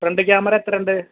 front camera എത്രയുണ്ട്